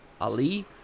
Ali